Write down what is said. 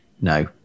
No